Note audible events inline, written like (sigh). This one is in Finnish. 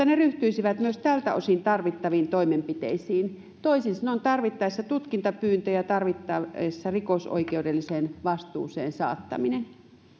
(unintelligible) ne ryhtyisivät myös tältä osin tarvittaviin toimenpiteisiin toisin sanoen tarvittaessa tutkintapyyntö ja tarvittaessa rikosoikeudelliseen vastuuseen saattaminen